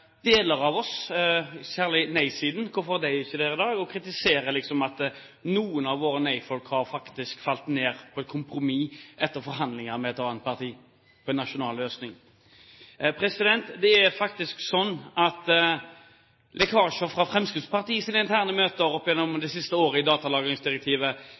av oss, særlig nei-siden – hvorfor er ikke de her da – og kritiserer at noen av våre nei-folk har falt ned på et kompromiss etter forhandlinger med et annet parti for en nasjonal løsning. Det er faktisk sånn at lekkasjer fra Fremskrittspartiets interne møter opp gjennom det siste året om datalagringsdirektivet